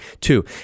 two